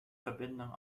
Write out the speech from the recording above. verbindung